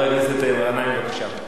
חבר הכנסת גנאים, בבקשה.